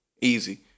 Easy